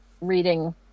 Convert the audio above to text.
reading